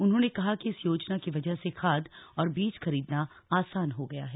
उन्होंने कहा इस योजना की वजह से खाद और बीज खरीदना आसान हो गया है